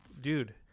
Dude